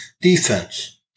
defense